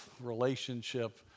relationship